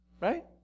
right